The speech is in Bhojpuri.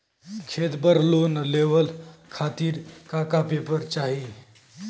खेत पर लोन लेवल खातिर का का पेपर चाही?